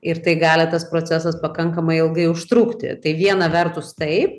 ir tai gali tas procesas pakankamai ilgai užtrukti tai viena vertus tai